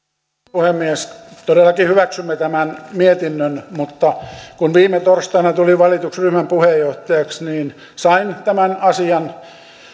puhemies todellakin hyväksymme tämän mietinnön mutta kun viime torstaina tulin valituksi ryhmän puheenjohtajaksi niin sain tämän asian